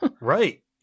Right